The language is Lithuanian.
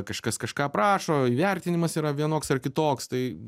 kažkas kažką aprašo įvertinimas yra vienoks ar kitoks tai